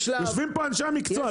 יושבים פה אנשי המקצוע.